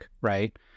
right